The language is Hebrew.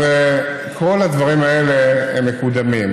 אז כל הדברים האלה, הם מקודמים.